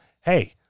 hey